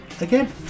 again